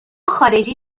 خارجی